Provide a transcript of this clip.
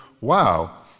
wow